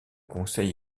conseil